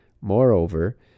moreover